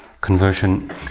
Conversion